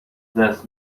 دست